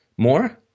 More